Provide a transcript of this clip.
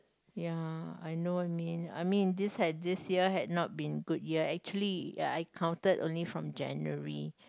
ya I know what you mean I mean this had this year had not been good year actually I counted only from January